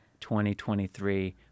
2023